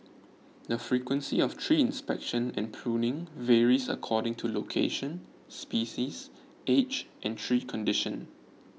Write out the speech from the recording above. the frequency of tree inspection and pruning varies according to location species age and tree condition